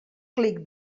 clic